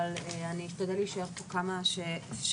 אבל אני אשתדל להישאר פה כמה שאפשר.